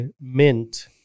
Mint